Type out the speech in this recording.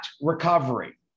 recovery